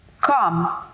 come